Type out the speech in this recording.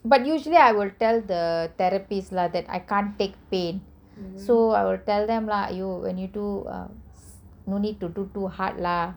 but usually I will tell the therapists lah that I can't take pain so I will tell them lah you when you do no need to do too hard lah